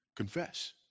confess